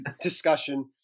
discussion